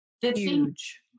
Huge